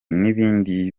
n’ibindi